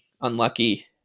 unlucky